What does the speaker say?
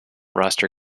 roster